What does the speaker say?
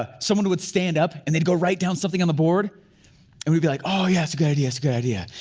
ah someone would stand up and then go write down something on the board and we'd be like, oh yeah, it's a good idea it's a good idea.